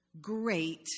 great